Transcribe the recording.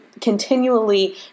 continually